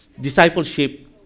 discipleship